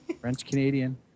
French-Canadian